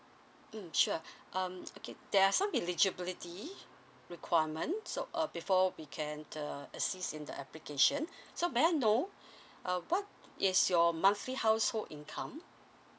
mm sure um okay there are some eligibility requirement so uh before we can uh assist in the application so may I know uh what is your monthly household income